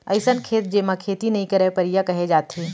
अइसन खेत जेमा खेती नइ करयँ परिया कहे जाथे